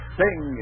sing